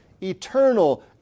eternal